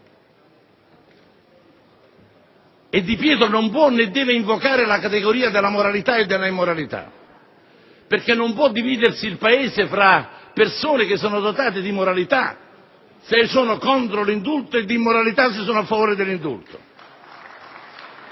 E Di Pietro non può né deve invocare la categoria della moralità e della immoralità, perché non può dividersi il Paese fra persone che sono dotate di moralità, se sono contro l'indulto, e di immoralità, se sono a favore dell'indulto